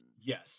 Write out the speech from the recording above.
yes